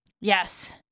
Yes